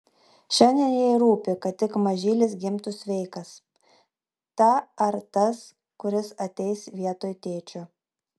šiandien jai rūpi kad tik mažylis gimtų sveikas ta ar tas kuris ateis vietoj tėčio